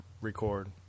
record